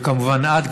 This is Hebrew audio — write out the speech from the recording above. וכמובן את,